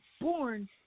born